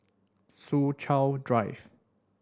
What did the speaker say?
Soo Chow Drive